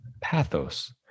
Pathos